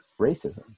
racism